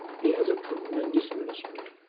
he has a tremendous ministry,